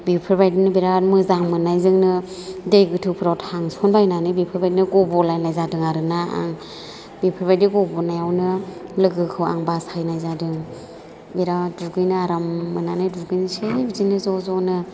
बेफोरबायदिनो बिराद मोजां मोननायजोंनो दै गोथौफोराव थांसनलायनानै बेफोरबायदिनो गब'लायनाय जादों आरोना आं बेफोरबायदि गब'नायावनो लोगोखौ आं बासायनाय जादों बिराद दुगैनो आराम मोननानै दुगैनोसै बिदिनो ज' ज'नो